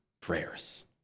prayers